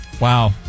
Wow